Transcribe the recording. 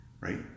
right